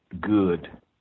good